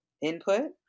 input